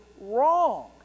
wrong